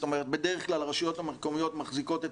בדרך כלל הרשויות המקומיות מחזיקות את